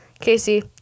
Casey